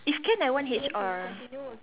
if can I want H_R